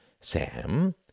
Sam